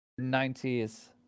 90s